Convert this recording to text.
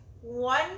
one